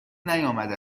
نیامده